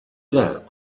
that